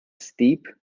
steep